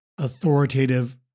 authoritative